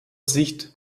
sicht